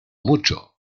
mucho